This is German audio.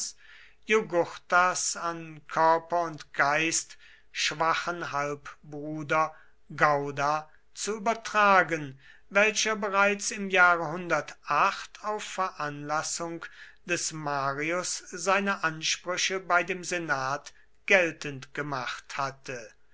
jugurthas an körper und geist schwachen halbbruder gauda zu übertragen welcher bereits im jahre auf veranlassung des marius seine ansprüche bei dem senat geltend gemacht hatte